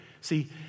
see